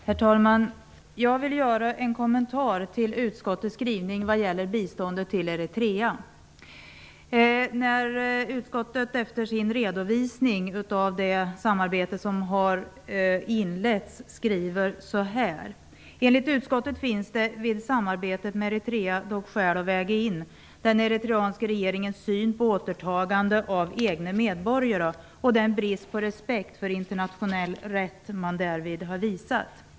Herr talman! Jag vill göra en kommentar till utskottets skrivning vad gäller biståndet till Eritrea. Utskottet skriver efter sin redovisning av det samarbete som har inletts så här: "Enligt utskottet finns det vid samarbetet med Eritrea dock skäl att väga in den eritreanska regeringens syn på återtagande av egna medborgare och den brist på respekt för internationell rätt man därvid visat."